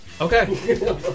Okay